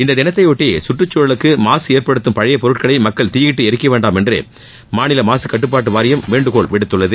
இந்த தினத்தையொட்டி சுற்றுக்சூழலுக்கு மாசு ஏற்படுத்தும் பழைய பொருட்களை மக்கள் தீயிட்டு ளிக்க வேண்டாம் என்று மாநில மாசு கட்டுப்பாட்டு வாரியம் வேண்டுகோள் விடுத்துள்ளது